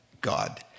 God